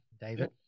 david